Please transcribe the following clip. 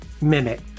Mimic